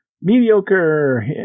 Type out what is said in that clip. Mediocre